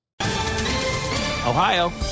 Ohio